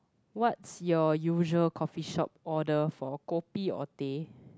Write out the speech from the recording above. what's your usual coffee shop order for kopi or teh